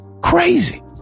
crazy